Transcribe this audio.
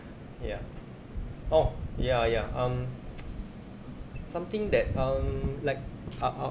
ya oh ya ya um something that um like uh um